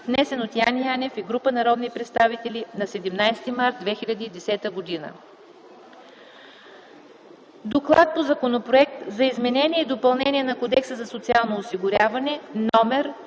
внесен от Яне Янев и група народни представители на 17 март 2010 г.” „ ДОКЛАД по Законопроект за изменение и допълнение на Кодекса за социално осигуряване, №